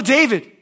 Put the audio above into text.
David